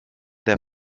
der